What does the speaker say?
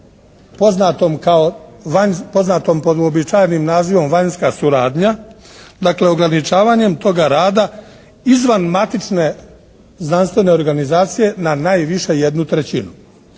poznatom pod uobičajenim nazivom vanjska suradnja, dakle ograničavanjem toga rada izvan matične znanstvene organizacija na najviše jednu trećinu.